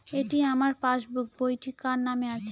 এটি আমার পাসবুক বইটি কার নামে আছে?